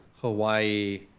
hawaii